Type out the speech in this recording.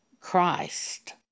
Christ